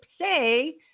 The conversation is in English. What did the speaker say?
say